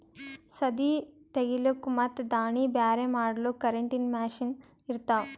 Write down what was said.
ಸದೀ ತೆಗಿಲುಕ್ ಮತ್ ದಾಣಿ ಬ್ಯಾರೆ ಮಾಡಲುಕ್ ಕರೆಂಟಿನ ಮಷೀನ್ ಇರ್ತಾವ